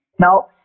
Now